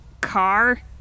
car